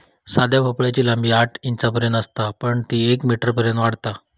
साध्या भोपळ्याची लांबी आठ इंचांपर्यंत असता पण ती येक मीटरपर्यंत वाढता